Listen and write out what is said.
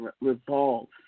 revolves